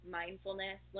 mindfulness